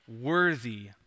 worthy